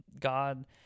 God